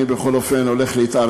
אני, בכל אופן, הולך להתערב.